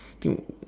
to